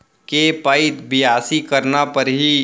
के पइत बियासी करना परहि?